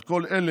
על כל אלה